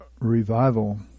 revival